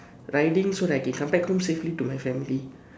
riding so that I can come back home safely to my family